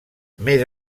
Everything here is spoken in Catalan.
més